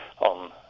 on